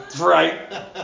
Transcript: right